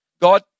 God